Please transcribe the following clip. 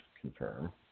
confirm